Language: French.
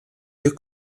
deux